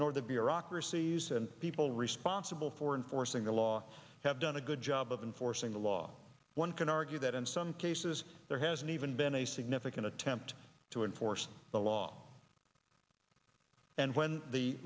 nor the bureaucracies and people responsible for enforcing the law have done a good job of enforcing the law one can argue that in some cases there hasn't even been a significant attempt to enforce the law and when the